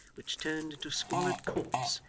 which turned into squalid courts,